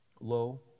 low